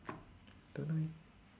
don't know eh